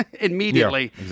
immediately